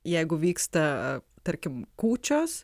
jeigu vyksta tarkim kūčios